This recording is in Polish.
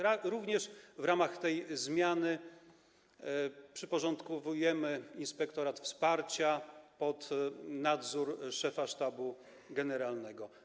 Również w ramach tej zmiany przyporządkowujemy Inspektorat Wsparcia pod nadzór szefa Sztabu Generalnego.